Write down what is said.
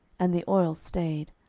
and the oil stayed.